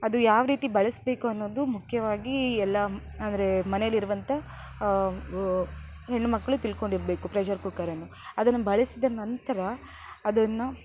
ಅದು ಯಾವ ರೀತಿ ಬಳಸಬೇಕು ಅನ್ನೋದು ಮುಖ್ಯವಾಗಿ ಎಲ್ಲ ಅಂದರೆ ಮನೆಯಲ್ಲಿರುವಂತ ಹೆಣ್ಣುಮಕ್ಳು ತಿಳ್ಕೊಂಡಿರಬೇಕು ಪ್ರೆಷರ್ ಕುಕ್ಕರನ್ನು ಅದನ್ನು ಬಳಸಿದ ನಂತರ ಅದನ್ನು